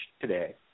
today